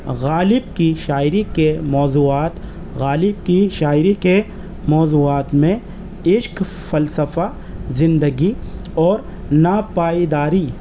غالب کی شاعری کے موضوعات غالب کی شاعری کے موضوعات میں عشق فلسفہ زندگی اور ناپائیداری